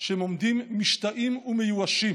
שהם עומדים משתאים ומיואשים